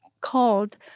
called